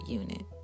unit